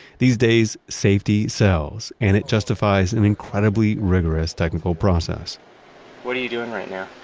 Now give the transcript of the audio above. these days safety sells and it justifies an incredibly rigorous technical process what are you doing right now?